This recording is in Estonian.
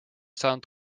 saanud